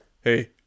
Hey